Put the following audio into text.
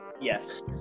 yes